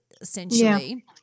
essentially